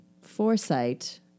foresight